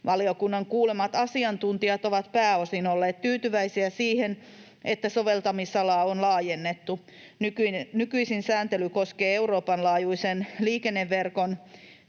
Valiokunnan kuulemat asiantuntijat ovat pääosin olleet tyytyväisiä siihen, että soveltamisalaa on laajennettu. Nykyisin sääntely koskee Euroopan laajuisen liikenneverkon,